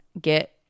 get